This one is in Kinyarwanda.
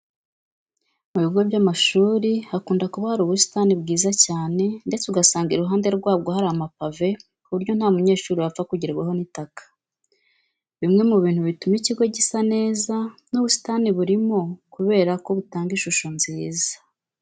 Mu bigo by'amashuri hakunda kuba hari ubusitani bwiza cyane ndetse ugasanga iruhande rwabwo hari amapave ku buryo nta munyeshuri wapfa kugerwaho n'itaka. Bimwe mu bintu bituma ikigo gisa neza n'ubusitani burimo kubera ko butanga ishusho nziza.